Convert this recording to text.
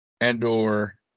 Andor